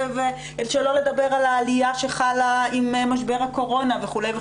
שלא לדבר על העלייה שחלה עם משבר הקורונה וכולי.